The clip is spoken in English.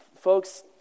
folks